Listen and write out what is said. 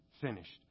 finished